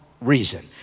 reason